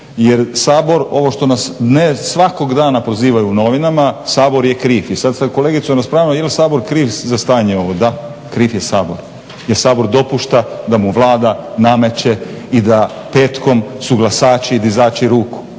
Jer Sabor ovo što nas ne svakog dana prozivaju u novinama Sabor je kriv. I sad sa kolegicom raspravljam jel' Sabor kriv za stanje ovo? Da, kriv je Sabor jer Sabor dopušta da mu Vlada nameće i da petkom su glasači i dizači ruku.